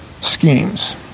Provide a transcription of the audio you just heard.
schemes